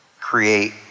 create